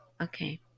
Okay